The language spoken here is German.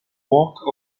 walk